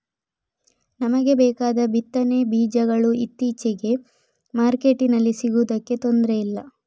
ನಮಿಗೆ ಬೇಕಾದ ಬಿತ್ತನೆ ಬೀಜಗಳು ಇತ್ತೀಚೆಗೆ ಮಾರ್ಕೆಟಿನಲ್ಲಿ ಸಿಗುದಕ್ಕೆ ತೊಂದ್ರೆ ಇಲ್ಲ